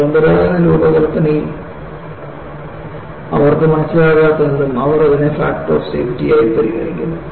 പരമ്പരാഗത രൂപകൽപ്പനയിൽ അവർക്ക് മനസ്സിലാകാത്തതെന്തും അവർ അതിനെ ഫാക്ടർ ഓഫ് സേഫ്റ്റി ആയി പരിഗണിക്കുന്നു